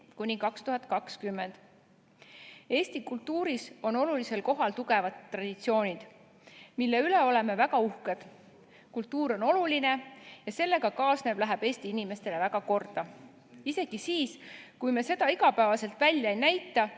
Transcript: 2014–2020. Eesti kultuuris on olulisel kohal tugevad traditsioonid, mille üle oleme väga uhked. Kultuur on oluline ja sellega kaasnev läheb Eesti inimestele väga korda. Isegi siis, kui me seda iga päev välja ei näita,